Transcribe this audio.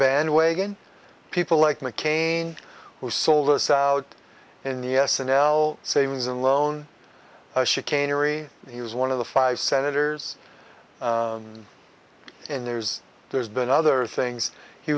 bandwagon people like mccain who sold us out in the s and l savings and loan chicanery he was one of the five senators and there's there's been other things he